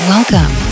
Welcome